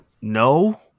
No